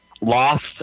lost